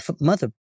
mother